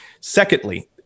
Secondly